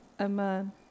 amen